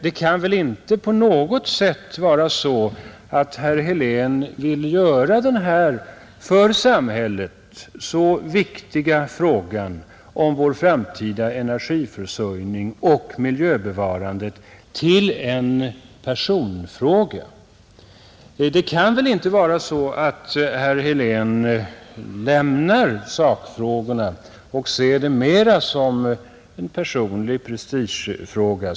Det kan väl inte på något sätt vara så att herr Helén vill göra den här för samhället så viktiga frågan om vår framtida energiförsörjning och miljöbevarandet till en personfråga? Det kan väl inte vara så att herr Helén lämnar sakfrågorna och ser detta mer som en personlig prestigefråga?